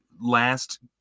last